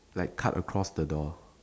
like cut across the door